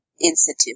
institute